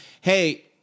hey